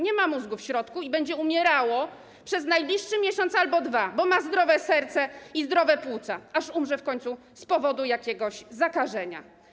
Nie ma mózgu w środku i będzie umierało przez najbliższy miesiąc albo dwa, bo ma zdrowe serce i zdrowe płuca, aż umrze w końcu z powodu jakiegoś zakażenia.